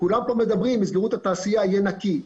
כולם כאן אומרים יסגרו את התעשייה ויהיה נקי,